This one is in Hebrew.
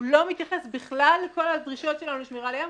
הוא לא מתייחס בכלל לכל הדרישות שלנו לשמירה על הים,